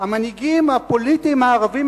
המנהיגים הפוליטיים הערבים,